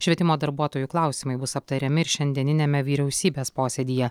švietimo darbuotojų klausimai bus aptariami ir šiandieniniame vyriausybės posėdyje